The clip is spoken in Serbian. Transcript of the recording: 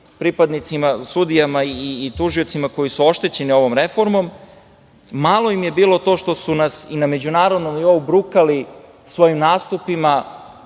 isplati sudijama i tužiocima koji su oštećeni ovom reformom, malo im je bilo to što su nas i na međunarodnom nivou brukali svojim nastupima,